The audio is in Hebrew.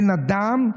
בן אדם,